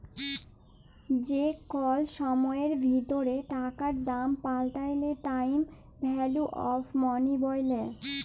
যে কল সময়ের ভিতরে টাকার দাম পাল্টাইলে টাইম ভ্যালু অফ মনি ব্যলে